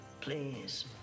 Please